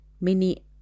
mini